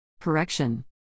Correction